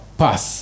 pass